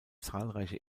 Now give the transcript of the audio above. zahlreiche